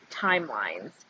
timelines